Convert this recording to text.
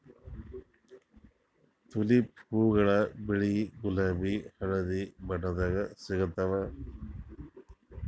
tulip ಹೂವಾಗೊಳ್ ಬಿಳಿ ಗುಲಾಬಿ ಹಳದಿ ಬಣ್ಣದಾಗ್ ಸಿಗ್ತಾವ್